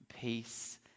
peace